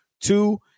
two